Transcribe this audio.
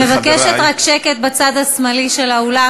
אני מבקשת רק שקט בצד השמאלי של האולם.